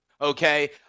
okay